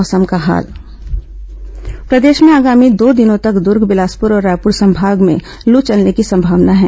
मौसम प्रदेश में आगामी दो दिनों तक दुर्ग बिलासपुर और रायपुर संभाग में लू चलने की संभावना है